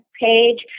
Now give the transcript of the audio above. page